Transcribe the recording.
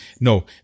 No